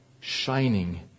shining